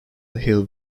hill